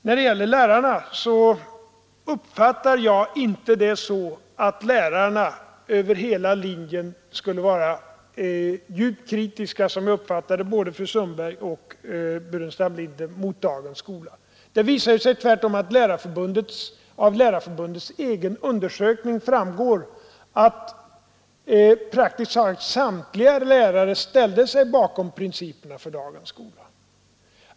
När det gäller lärarna uppfattar jag inte saken så att lärarna över hela linjen skulle vara djupt kritiska — som både fru Sundberg och herr Burenstam Linder tycktes vilja göra gällande — mot dagens skola. Det framgår tvärtom av Lärarförbundets egen undersökning att praktiskt taget samtliga lärare ställde sig bakom principerna för dagens skola.